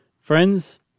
Friends